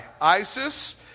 Isis